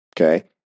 Okay